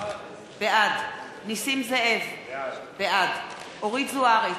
בעד נסים זאב, בעד אורית זוארץ,